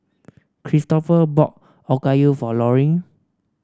Cristopher brought Okayu for Laurine